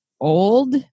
old